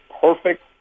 perfect